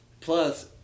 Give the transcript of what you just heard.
Plus